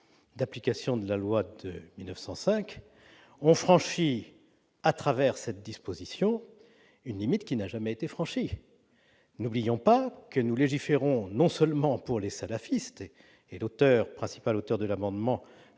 d'application de la loi de 1905 on franchit à travers cette disposition une limite qui n'a jamais été franchie, n'oublions pas que nous légiférons non seulement pour les salafistes et l'auteur principal auteur de l'amendement,